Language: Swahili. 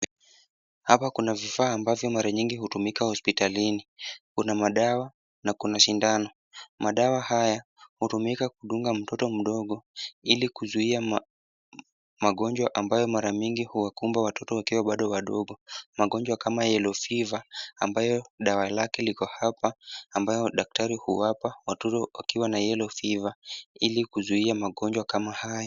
Hapa kuna vifaa ambavyo mara nyingi hutumika hospitalini. Kuna madawa, na kuna sindano. Madawa haya hutumika kudunga mtoto mdogo ili kuzuia magonjwa ambayo mara mingi huwakumba watoto wakiwa bado wadogo. Magonjwa kama yellow fever ambayo dawa lake liko hapa, ambayo daktari huwapa, watoto wakiwa na yellow fever ili kuzuia magonjwa kama haya.